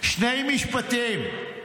שני משפטים,